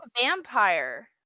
vampire